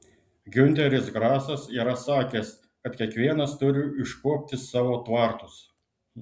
giunteris grasas yra sakęs kad kiekvienas turi iškuopti savo tvartus